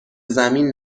زمین